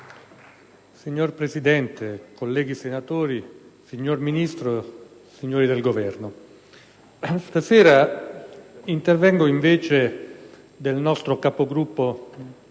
Signor Presidente, colleghi senatori, signor Ministro, signori del Governo, stasera intervengo in vece del nostro Capogruppo,